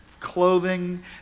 clothing